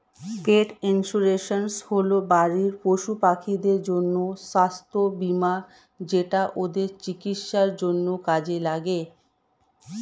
পেট insurance হল বাড়ির পশুপাখিদের জন্য স্বাস্থ্য বীমা যেটা ওদের চিকিৎসার জন্য কাজে লাগে